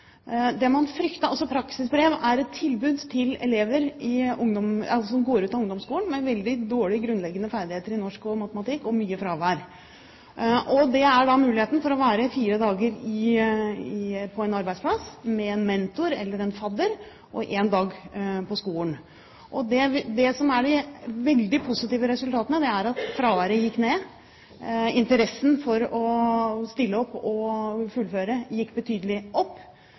Praksisbrev er et tilbud til elever som går ut av ungdomsskolen med veldig dårlige grunnleggende ferdigheter i norsk og matematikk og mye fravær. Det er da mulighet for å være fire dager på en arbeidsplass, med en mentor eller en fadder, og én dag på skolen. Det som er de veldig positive resultatene, er at fraværet gikk ned, interessen for å stille opp og fullføre gikk betydelig opp,